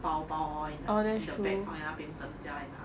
打包 all in in the bag 放在那边等人家来拿